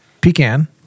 Pecan